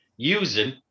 Using